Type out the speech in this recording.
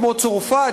כמו צרפת,